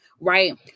Right